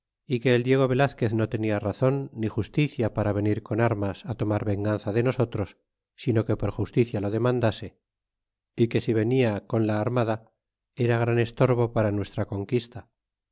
y que el diego velazquez no tenia razon ni justicia para venir con armada á tomar venganza de nosotros sino que por justicia lo demandase y que si venia con la armada era gran estorbo para nuestra conquista